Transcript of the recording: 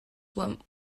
what